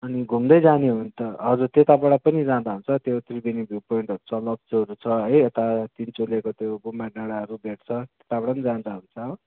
अनि घुम्दै जाने हो भने त हजुर त्यताबाट पनि जाँदा हुन्छ त्यो त्रिवेणी भ्यु पोइन्टहरू छ लप्चूहरू छ है यता तिनचुलेको त्यो गुम्बा डाँडाहरू भेट्छ त्यताबाट पनि जाँदा हुन्छ हो